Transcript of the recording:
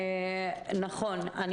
נכון,